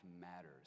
matters